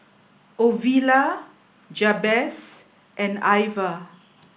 Ovila Jabez and Iva